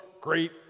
great